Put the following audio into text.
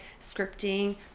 scripting